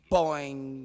Boing